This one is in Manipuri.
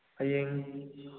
ꯍꯌꯦꯡ